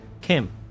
Kim